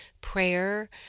prayer